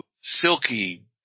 silky